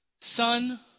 son